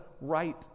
right